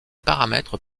paramètres